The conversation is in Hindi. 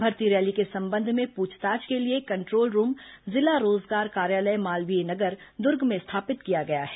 भर्ती रैली के संबंध में पूछताछ के लिए कंट्रोल रूम जिला रोजगार कार्यालय मालवीय नगर दुर्ग में स्थापित किया गया है